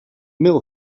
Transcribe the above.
mill